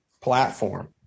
platform